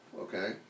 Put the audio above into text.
Okay